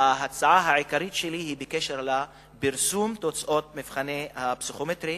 ההצעה העיקרית שלי היא בקשר לפרסום המבחנים הפסיכומטריים